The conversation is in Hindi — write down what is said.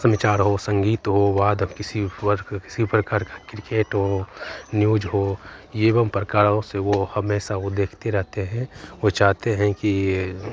समाचार हो संगीत हो वाद किसी प्रकार का क्रिकेट हो न्यूज हो एवं प्रकारों से वह हमेशा देखते रहते हैं वह चाहते हैं कि